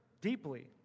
deeply